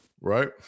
right